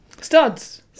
Studs